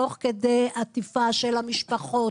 תוך כדי עטיפה של המשפחות,